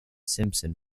simpson